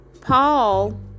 Paul